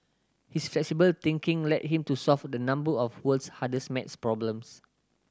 his flexible thinking led him to solve a number of world's hardest maths problems